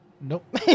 Nope